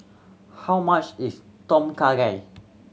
how much is Tom Kha Gai